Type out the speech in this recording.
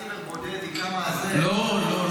בודד לא יכול להשתתף במכרז --- לא לא,